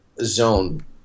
zone